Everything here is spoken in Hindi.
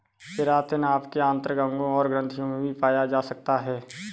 केरातिन आपके आंतरिक अंगों और ग्रंथियों में भी पाया जा सकता है